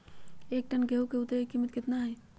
एक टन गेंहू के उतरे के कीमत कितना होतई?